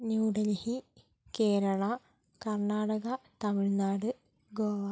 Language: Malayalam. ന്യൂഡൽഹി കേരള കർണാടക തമിഴ്നാട് ഗോവ